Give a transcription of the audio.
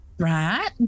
Right